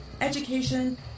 education